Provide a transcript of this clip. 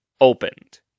opened